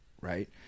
right